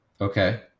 Okay